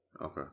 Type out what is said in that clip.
Okay